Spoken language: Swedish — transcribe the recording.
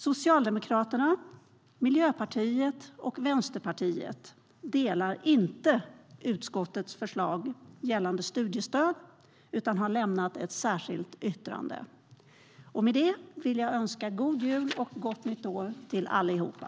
Socialdemokraterna, Miljöpartiet och Vänsterpartiet delar inte utskottets förslag gällande studiestöd utan har lämnat ett särskilt yttrande. Med det vill jag önska god jul och gott nytt år till alla!